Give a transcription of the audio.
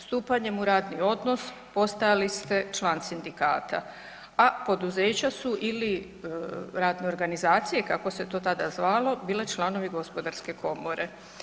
Stupanjem u radni odnos postajali ste član sindikata, a poduzeća su ili radne organizacije kako se to tada zvalo, bile članovi gospodarske komore.